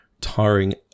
tiring